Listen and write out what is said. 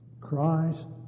Christ